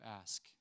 ask